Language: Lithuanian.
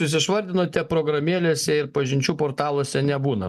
jūs išvardinote programėlėse ir pažinčių portaluose nebūna